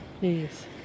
Yes